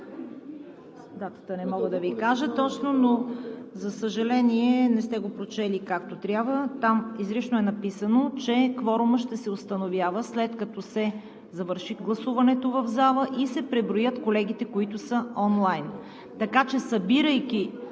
датата не мога да Ви кажа точно, но, за съжаление, не сте го прочели както трябва. Там изрично е записано, че кворумът ще се установява, след като се завърши гласуването в залата и се преброят колегите, които са онлайн. Така че, събирайки